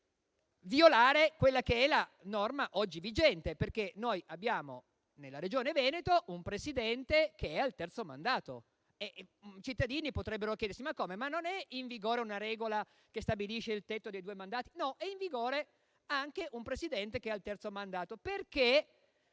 di violare la norma oggi vigente. Infatti abbiamo nella Regione Veneto un Presidente che è al terzo mandato. I cittadini potrebbero chiedersi: ma non è in vigore una regola che stabilisce il tetto dei due mandati? No, è in vigore anche un Presidente che è al terzo mandato, perché